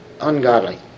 ungodly